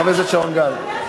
חבר הכנסת שרון גל.